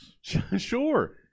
Sure